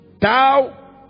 thou